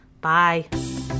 Bye